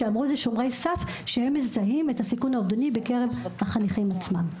שומרי סף שהם מזהים את הסיכון האובדני בקרב החניכים עצמם.